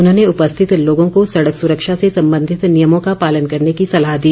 उन्होंने उपस्थित लोगों को सड़क सुरक्षा से संबंधित नियमों का पालन करने की सलाह दी